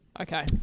Okay